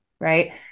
Right